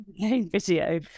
video